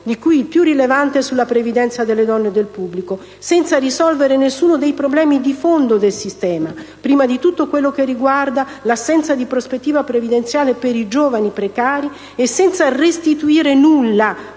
di cui il più rilevante sulla previdenza delle donne del pubblico, senza risolvere nessuno dei problemi di fondo del sistema, e prima di tutto quello che riguarda l'assenza di prospettiva previdenziale per i giovani precari, e senza restituire nulla